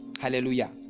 Hallelujah